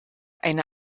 eine